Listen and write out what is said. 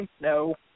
no